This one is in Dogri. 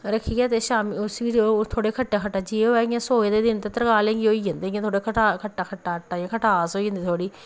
रक्खियै ते सवेरे खट्टा खट्टा जे होऐ इ'यां सोहे दे दिन ते तरकालें होई जंदे थोह्ड़े इ'यां खट्टा खट्टा आटा खटास होई जंदी थोह्ड़ी